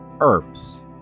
herbs